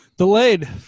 Delayed